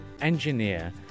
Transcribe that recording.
Engineer